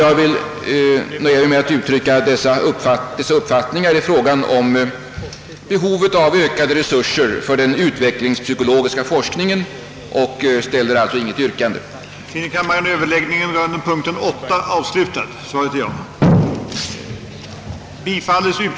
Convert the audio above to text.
Jag nöjer mig med att uttrycka dessa uppfattningar i fråga om behovet av ökade resurser för den utvecklingspsykologiska forskningen och ställer alltså inte något yrkande.